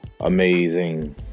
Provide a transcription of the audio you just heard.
amazing